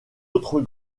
autre